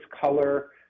color